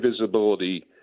visibility